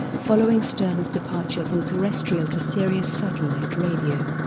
following stern's departure from terrestrial to sirius satellite radio.